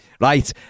Right